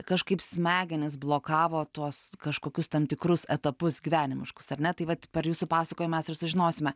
kažkaip smegenys blokavo tuos kažkokius tam tikrus etapus gyvenimiškus ar ne tai vat per jūsų pasakojimą mes ir sužinosime